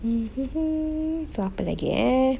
mm so apa lagi eh